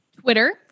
Twitter